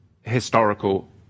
historical